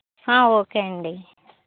okay అండి